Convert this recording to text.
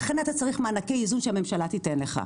לכן אתה צריך מענקי איזון שהממשלה תתן לך.